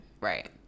right